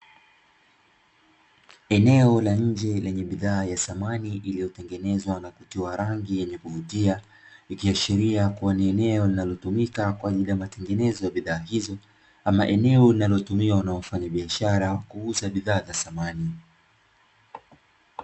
Eneo la nje lenye bidhaa ya samani iliyotengenezwa na kutiwa rangi yenye kuvutia, ikiashiria kuwa ni eneo linalotumika kwa ajili ya matengenezo ya bidhaa hizi ama eneo linalotumiwa na wafanyabiashara kuuza bidhaa za samani.